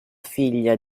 figlia